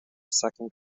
second